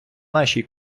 нашій